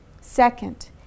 Second